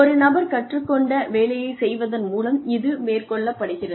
ஒரு நபர் கற்றுக்கொண்ட வேலையை செய்வதன் மூலம் இது மேற்கொள்ளப்படுகிறது